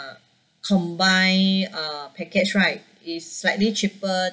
combine uh package right is slightly cheaper